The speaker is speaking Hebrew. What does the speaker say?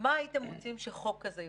מה הייתם רוצים שחוק כזה יבטא?